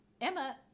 Emma